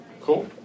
Cool